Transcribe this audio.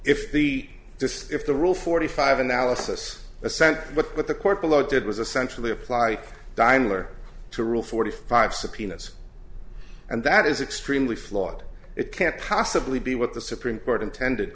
if the if the rule forty five analysis assent but what the court below did was essential to apply diner to rule forty five subpoenas and that is extremely flawed it can't possibly be what the supreme court intended